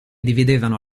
dividevano